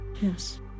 Yes